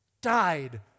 died